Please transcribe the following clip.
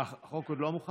אה, החוק עוד לא מוכן?